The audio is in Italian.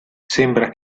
sembra